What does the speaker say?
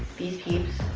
these peeps.